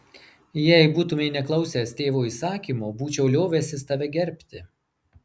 jei būtumei neklausęs tėvo įsakymo būčiau liovęsis tave gerbti